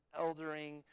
eldering